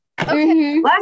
okay